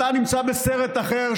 אתה נמצא בסרט אחר,